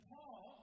Paul